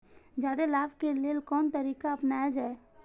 जादे लाभ के लेल कोन तरीका अपनायल जाय?